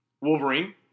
Wolverine